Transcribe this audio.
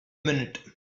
minute